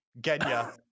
Genya